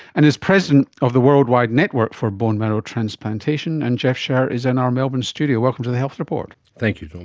and is president of the worldwide network for bone marrow transplantation. and jeff szer is in our melbourne studio. welcome to the health report. thank you norman.